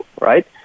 right